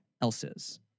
else's